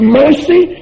mercy